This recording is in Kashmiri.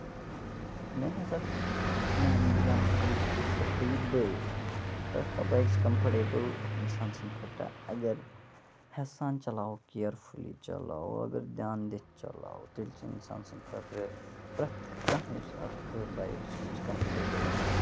میانہِ حِسابہٕ چھِ میٲنہِ اَندز چھِ کَمفٲٹیبٕل پرٮ۪تھ کانٛہہ بایک چھِ کَمفٲٹیبمل اِنسان سٕندۍ خٲطرٕ اَگر ہیٚسہٕ سان چلاوو کِیرفُلی چلاوو اگر دِیان دِتھ چلاوو تیٚلہِ چھِ اِنسان سٕنٛدۍ خٲطرٕ پرٮ۪تھ کانٛہہ یُس اکھ بایک چھِ سُہ چھِ کَمفٲٹیبٕل